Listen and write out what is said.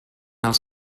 els